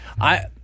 I-